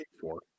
four